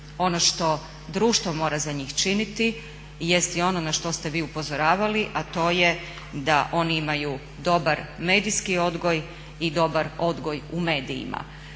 Ono što društvo mora za njih činiti jest i ono na što ste vi upozoravali, a to je da oni imaju dobar medijski odgoj i dobar odgoj u medijima.